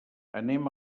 anem